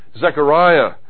Zechariah